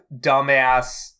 dumbass